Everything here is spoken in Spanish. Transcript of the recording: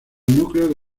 núcleo